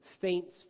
faints